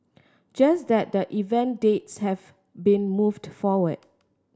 just that the event dates have been moved forward